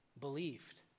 believed